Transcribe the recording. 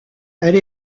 elle